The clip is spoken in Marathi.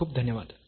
खूप खूप धन्यवाद